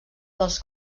dels